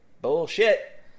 Bullshit